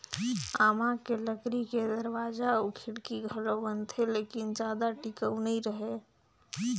आमा के लकरी के दरवाजा अउ खिड़की घलो बनथे लेकिन जादा टिकऊ नइ रहें